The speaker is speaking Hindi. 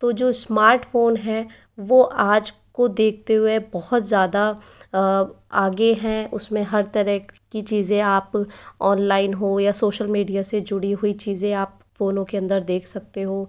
तो जो स्मार्टफ़ोन है वो आज को देखते हुए बहुत ज़्यादा आगे हैं उसमे हर तरह की चीज़ें आप ऑनलाइन हो या सोशल मीडिया से जुड़ी हुई चीज़ें आप फ़ोनो के अंदर देख सकते हो